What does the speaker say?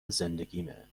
زندگیمه